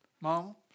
Mom